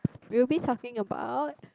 we'll be talking about